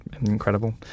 Incredible